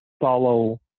follow